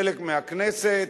חלק מהכנסת,